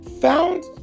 found